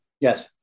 Yes